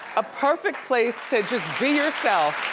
a perfect place to just be yourself.